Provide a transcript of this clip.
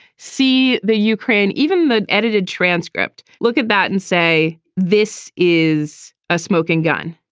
see the ukraine even the edited transcript. look at that and say this is a smoking gun.